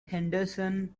henderson